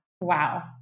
Wow